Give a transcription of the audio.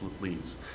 leaves